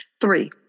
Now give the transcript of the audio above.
Three